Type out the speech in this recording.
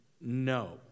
No